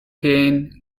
cane